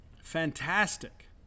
fantastic